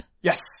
Yes